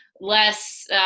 less